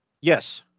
Yes